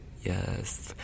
Yes